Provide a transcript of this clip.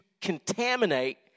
contaminate